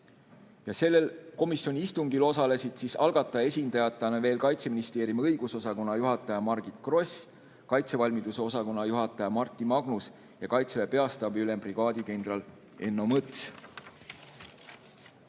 Sellel komisjoni istungil osalesid algataja esindajatena veel Kaitseministeeriumi õigusosakonna juhataja Margit Gross, kaitsevalmiduse osakonna juhataja Marti Magnus ja Kaitseväe Peastaabi ülem brigaadikindral Enno Mõts.